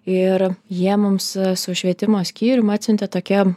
ir jie mums su švietimo skyrium atsiuntė tokią